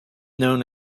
known